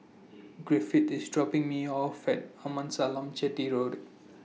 Griffith IS dropping Me off At Amasalam Chetty Road